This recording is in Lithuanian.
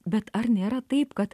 bet ar nėra taip kad